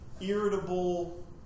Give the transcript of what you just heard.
irritable